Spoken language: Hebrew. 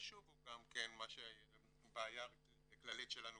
הבעיה כללית שלנו